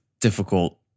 difficult